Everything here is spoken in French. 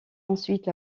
ensuite